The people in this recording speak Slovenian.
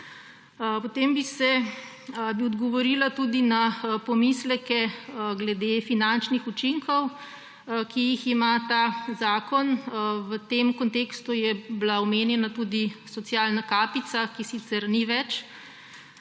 Potem bi odgovorila tudi na pomisleke glede finančnih učinkov, ki jih ima ta zakon. V tem kontekstu je bila omenjena tudi socialna kapica, ki sicer ni več